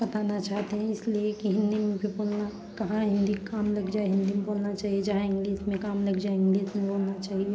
बताना चाहते हैं इसलिए कि हिन्दी में भी बोलना कहाँ हिन्दी का काम लग जाए हिन्दी में बोलना चाहिए जहाँ इंग्लिस में काम लग जाए इंग्लिस में बोलना चाहिए